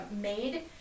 made